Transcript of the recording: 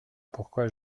pourquoi